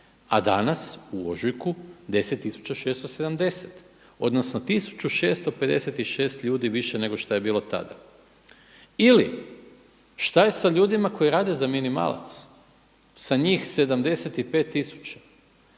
a danas u ožujku 10670, odnosno 1656 ljudi više nego što je bilo tada. Ili šta je sa ljudima koji rade za minimalac, sa njih 75